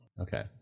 Okay